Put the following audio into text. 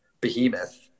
behemoth